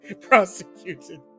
prosecuted